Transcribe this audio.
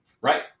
Right